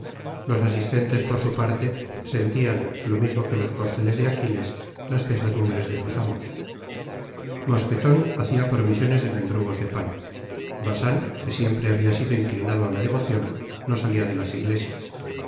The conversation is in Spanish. los asistentes por su parte sentían lo mismo que los corceles de aquiles las pesadumbres de sus amos mosqueton hacia provisiones de mendrugos de pan bacín que siempre ha bia sido inclinado á la devocion no salía de las iglesias